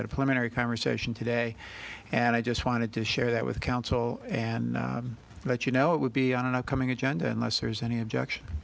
plenary conversation today and i just wanted to share that with council and let you know it would be on an upcoming agenda unless there's any objection